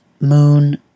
Moon